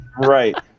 right